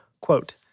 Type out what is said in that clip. quote